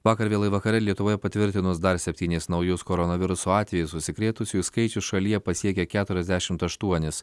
vakar vėlai vakare lietuvoje patvirtinus dar septynis naujus koronaviruso atvejus užsikrėtusiųjų skaičius šalyje pasiekė keturiasdešimt aštuonis